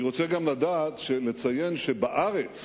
רוצה לציין שבארץ